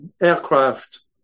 aircraft